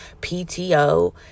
pto